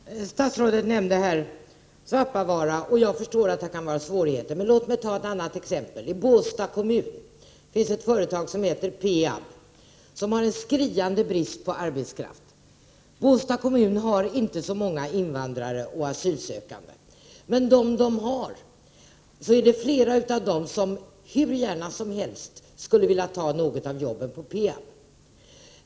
I Herr talman! Statsrådet nämnde Svappavaara. Jag förstår att där kan vara svårigheter, men låt mig ta ett annat exempel. I Båstads kommun finns ett företag som heter PEAB, som har en skriande brist på arbetskraft. Båstads kommun har inte så många invandrare och asylsökande, men flera av dem man har skulle hur gärna som helst vilja ta något av jobben på PEAB.